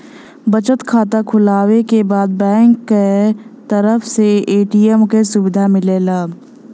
बचत खाता खुलवावे के बाद बैंक क तरफ से ए.टी.एम क सुविधा मिलला